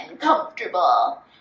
comfortable